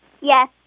Yes